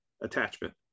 attachment